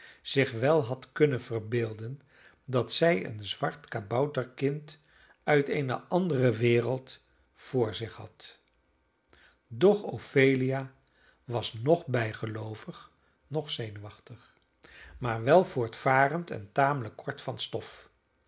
zich wel had kunnen verbeelden dat zij een zwart kabouterkind uit een andere wereld voor zich had doch ophelia was noch bijgeloovig noch zenuwachtig maar wel voortvarend en tamelijk kort van stof